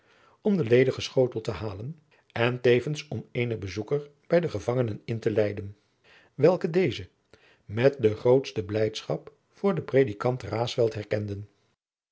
om den ledigen schotel te halen en tevens om eenen bezoeker bij de gevangenen in te leiden welken deze met de grootste blijdschap voor den predikant raesfelt herkenden